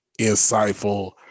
insightful